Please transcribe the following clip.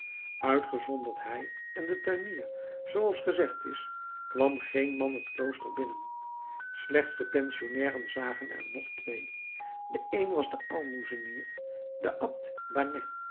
uitgezonderd hij en de tuinier zooals gezegd is kwam geen man het klooster binnen slechts de pensionnairen zagen er nog twee de een was de aalmoezenier de abt